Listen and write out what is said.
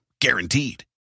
Guaranteed